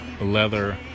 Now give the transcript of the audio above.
leather